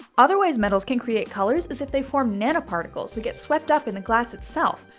other ways metals can create colors is if they form nanoparticles that get swept up in the glass itself.